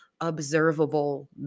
observable